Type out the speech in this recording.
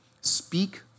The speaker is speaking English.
speak